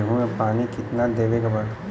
गेहूँ मे पानी कितनादेवे के बा?